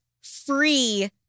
free